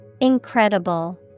Incredible